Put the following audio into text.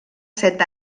set